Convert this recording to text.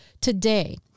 today